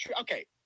okay